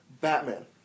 Batman